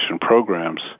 programs